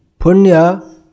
punya